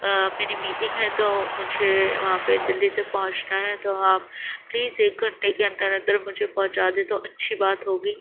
میری میٹنگ ہے تو مجھے وہاں پہ جلدی سے پہنچنا ہے تو آپ پلیز ایک گھنٹے کے اندر اندر مجھے پہنچا دیں تو اچھی بات ہوگی